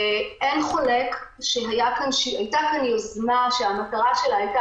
אין חולק שהייתה כאן יוזמה שמטרתה הייתה